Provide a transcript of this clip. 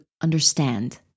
understand